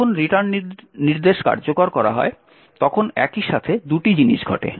যখন রিটার্ন নির্দেশ কার্যকর করা হয় তখন একই সাথে দুটি জিনিস ঘটে